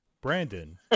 Brandon